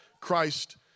Christ